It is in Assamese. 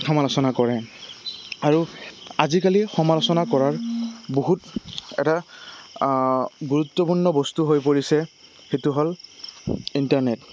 সমালোচনা কৰে আৰু আজিকালি সমালোচনা কৰাৰ বহুত এটা গুৰুত্বপূৰ্ণ বস্তু হৈ পৰিছে সেইটো হ'ল ইণ্টাৰনেট